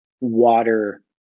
water